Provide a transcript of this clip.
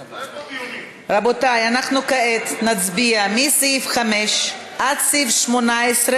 רבותי, אנחנו כעת נצביע מסעיף 5 עד סעיף 18,